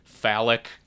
phallic